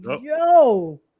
yo